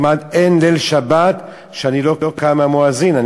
כמעט אין ליל שבת שאני לא קם בגלל המואזין.